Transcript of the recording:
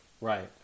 Right